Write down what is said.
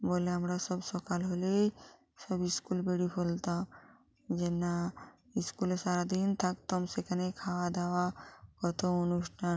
বলে আমরা সব সকাল হলেই সব স্কুল বেড়িয়ে পড়তাম যে না ইস্কলে সারা দিন থাকতম সেখানেই খাওয়া দাওয়া কতো অনুষ্ঠান